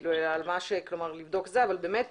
אבל באמת